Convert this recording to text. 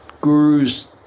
gurus